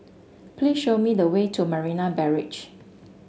please show me the way to Marina Barrage